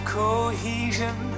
cohesion